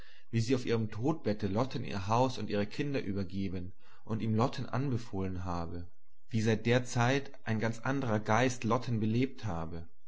wie sie auf ihrem todbette lotten ihr haus und ihre kinder übergeben und ihm lotten anbefohlen habe wie seit der zeit ein ganz anderer geist lotten belebt habe